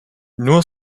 nur